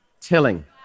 Tilling